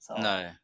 No